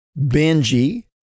Benji